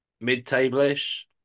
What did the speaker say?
mid-table-ish